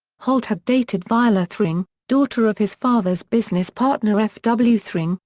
holt had dated viola thring, daughter of his father's business partner f. w. thring,